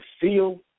feel